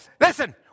listen